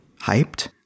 hyped